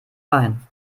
wein